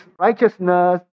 righteousness